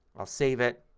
i'll save it